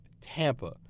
Tampa